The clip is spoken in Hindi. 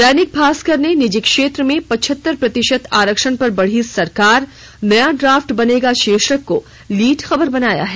दैनिक भास्कर ने निजी क्षेत्र में पचहतर प्रतिशत आरक्षण पर बढ़ी सरकार नया ड्राफ्ट बनेगा शीर्षक को लीड खबर बनाया है